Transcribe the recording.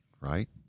right